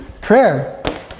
Prayer